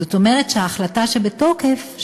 זאת אומרת שההחלטה שבתוקף,